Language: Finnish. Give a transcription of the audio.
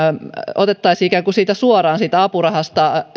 otettaisiin siitä apurahasta